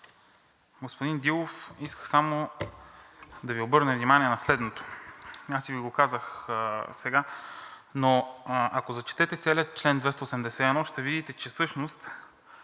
Господин Дилов, исках само да Ви обърна внимание на следното, аз Ви го казах сега. Ако зачетете целия чл. 281, ще видите, че всъщност